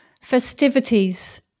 festivities